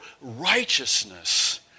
righteousness